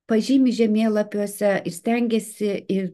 pažymi žemėlapiuose ir stengiasi ir